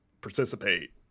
participate